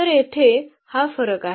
तर येथे हा फरक आहे